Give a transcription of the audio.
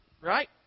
right